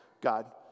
God